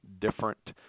different